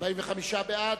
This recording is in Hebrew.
הראשונה, בסעיף 98א,